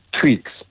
Tweaks